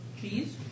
Cheese